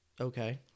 Okay